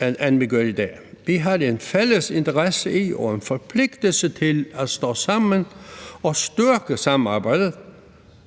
end vi gør i dag. Vi har en fælles interesse i og en forpligtelse til at stå sammen og styrke samarbejdet,